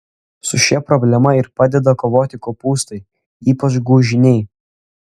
su šia problema ir padeda kovoti kopūstai ypač gūžiniai